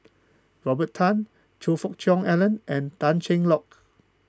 Robert Tan Choe Fook Cheong Alan and Tan Cheng Lock